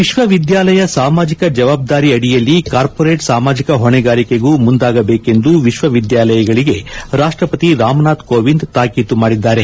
ವಿಶ್ವವಿದ್ಯಾಲಯ ಸಾಮಾಜಿಕ ಜವಾಬ್ಲಾರಿ ಅಡಿಯಲ್ಲಿ ಕಾರ್ಮೊರೇಟ್ ಸಾಮಾಜಿಕ ಹೊಣೆಗಾರಿಕೆಗೂ ಮುಂದಾಗಬೇಕೆಂದು ವಿಶ್ವವಿದ್ಯಾಲಯಗಳಿಗೆ ರಾಷ್ಟಪತಿ ರಾಮನಾಥ್ ಕೋವಿಂದ ತಾಕಿತು ಮಾಡಿದ್ದಾರೆ